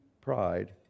pride